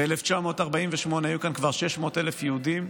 ב-1948 היו כאן כבר 600,000 יהודים,